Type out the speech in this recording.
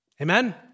Amen